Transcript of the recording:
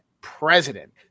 president